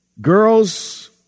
girls